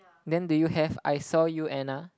then do you have I saw you Anna